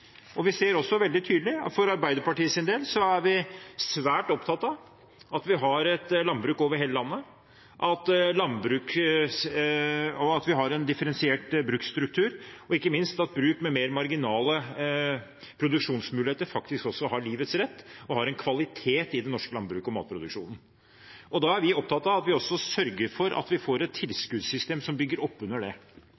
For Arbeiderpartiets del er vi svært opptatt av at vi har et landbruk over hele landet, at vi har en differensiert bruksstruktur, og ikke minst at bruk med mer marginale produksjonsmuligheter også har livets rett og har en kvalitet i den norske landbruks- og matproduksjonen. Da er vi opptatt av at vi også sørger for at vi får et